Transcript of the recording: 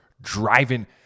driving